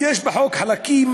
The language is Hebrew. יש בחוק חלקים